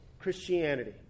Christianity